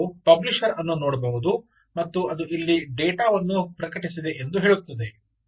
ಈಗ ಅವಳು ಪಬ್ಲಿಶರ್ ಅನ್ನು ನೋಡಬಹುದು ಮತ್ತು ಅದು ಇಲ್ಲಿ ಡೇಟಾವನ್ನು ಪ್ರಕಟಿಸಿದೆ ಎಂದು ಅದು ಹೇಳುತ್ತದೆ